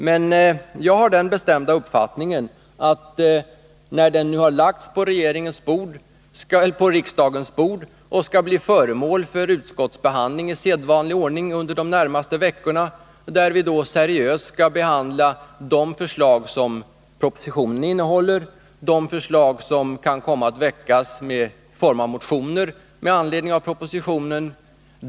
Men sedan planen har lagts på riksdagens bord skall den under de närmaste veckorna i sedvanlig ordning bli föremål för utskottsbehandling, där vi seriöst skall behandla de förslag som propositionen innehåller och de motioner som kan komma att väckas med anledning av propositionen.